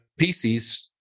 PCs